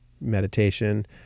meditation